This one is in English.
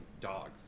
Dogs